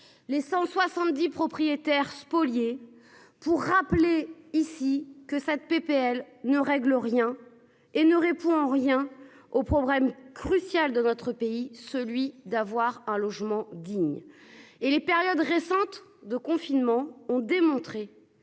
les 170 propriétaires spoliés pour rappeler ici que ça te PPL ne règle rien et ne répond en rien au problème crucial de notre pays, celui d'avoir un logement digne et les périodes récentes de confinement ont démontré